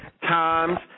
times